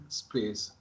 space